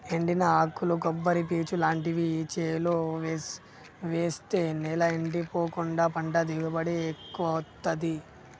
ఎండిన ఆకులు కొబ్బరి పీచు లాంటివి చేలో వేస్తె నేల ఎండిపోకుండా పంట దిగుబడి ఎక్కువొత్తదీ